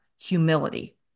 humility